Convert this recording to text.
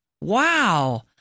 Wow